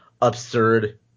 absurd